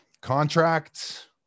contract